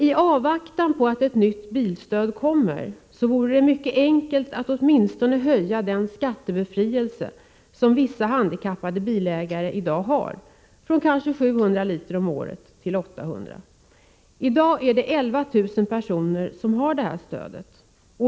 I avvaktan på att ett nytt bilstöd kommer vore det mycket enkelt att åtminstone höja gränsen då det gäller den skattebefrielse som vissa handikappade bilägare i dag har — från 700 till kanske 800 liter om året. I dag är det 11 000 personer som har detta stöd.